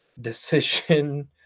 decision